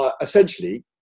Essentially